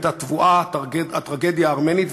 הייתה טבועה הטרגדיה הארמנית,